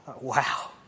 Wow